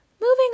moving